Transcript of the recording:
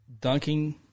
dunking